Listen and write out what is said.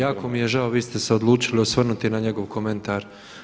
Jako mi je žao vi ste se odlučili osvrnuti na njegov komentar.